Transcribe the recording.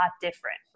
different